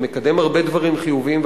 מקדם הרבה דברים חיוביים,